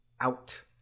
out